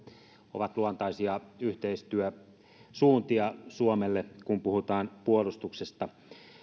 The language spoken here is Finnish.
ovat luontaisia yhteistyösuuntia suomelle kun puhutaan puolustuksesta